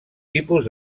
tipus